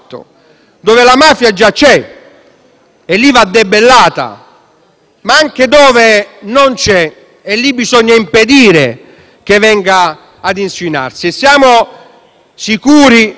(e lì va debellata), ma anche dove non c'è (e lì bisogna impedire che venga a insinuarsi). Siamo sicuri che esistono delle isole felici,